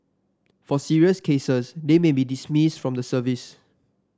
for serious cases they may be dismissed from the service